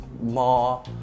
more